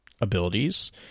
abilities